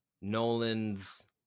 nolan's